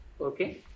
Okay